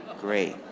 Great